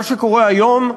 מה שקורה היום,